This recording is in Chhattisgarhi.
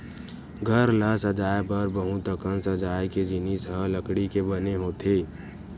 घर ल सजाए बर बहुत अकन सजाए के जिनिस ह लकड़ी के बने होथे